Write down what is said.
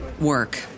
work